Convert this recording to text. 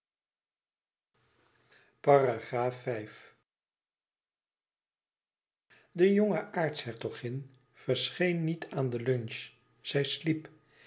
de jonge aartshertogin verscheen niet aan het lunch zij sliep